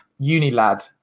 Unilad